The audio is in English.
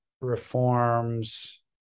reforms